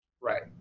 right